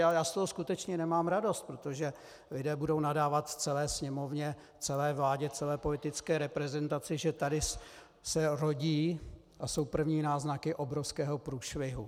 A já z toho skutečně nemám radost, protože lidé budou nadávat celé Sněmovně, celé vládě, celé politické reprezentaci, že tady se rodí a jsou první náznaky obrovského průšvihu.